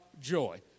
joy